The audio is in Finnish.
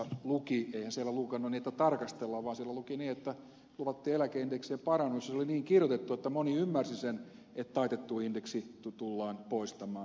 eihän siellä lukenut niin että tarkastellaan vaan siellä luki niin että luvattiin eläkeindeksiin parannus ja se oli niin kirjoitettu että moni ymmärsi sen että taitettu indeksi tullaan poistamaan